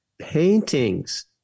paintings